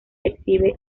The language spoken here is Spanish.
exhibe